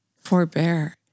forbear